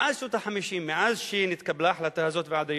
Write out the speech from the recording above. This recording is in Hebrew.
מאז שנות ה-50, מאז נתקבלה ההחלטה הזאת ועד היום,